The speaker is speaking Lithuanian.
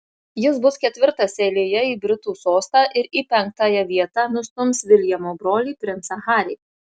jis bus ketvirtas eilėje į britų sostą ir į penktąją vietą nustums viljamo brolį princą harį